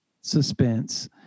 suspense